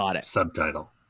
subtitle